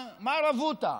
מה הרבותא?